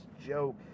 joke